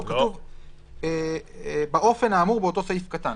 כתוב "באופן האמור באותו סעיף קטן".